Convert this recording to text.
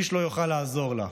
איש לא יוכל לעזור לה.